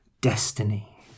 Destiny